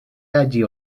hagi